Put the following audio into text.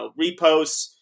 reposts